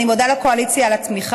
אני מודה לקואליציה על התמיכה.